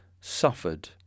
suffered